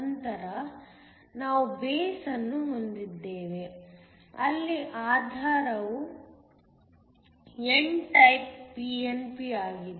ನಂತರ ನಾವು ಬೇಸ್ ಅನ್ನು ಹೊಂದಿದ್ದೇವೆ ಇಲ್ಲಿ ಆಧಾರವು n ಟೈಪ್ pnp ಆಗಿದೆ